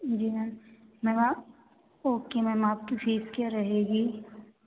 जी ma'am ma'am आप okay ma'am आपकी fees क्या रहेगी